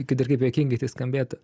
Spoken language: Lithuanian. kad ir kaip juokingai tai skambėtų